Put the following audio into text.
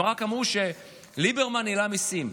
הם רק אמרו שליברמן העלה מיסים.